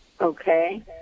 Okay